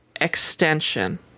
extension